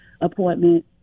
appointment